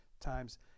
times